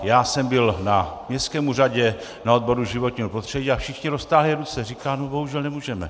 Já jsem byl na městském úřadě na odboru životního prostředí a všichni roztáhli ruce a říkali: my bohužel nemůžeme.